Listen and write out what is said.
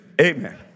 Amen